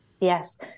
Yes